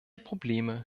probleme